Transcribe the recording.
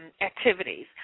activities